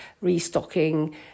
restocking